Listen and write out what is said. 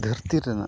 ᱫᱷᱟᱨᱛᱤ ᱨᱮᱱᱟᱜ